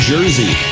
Jersey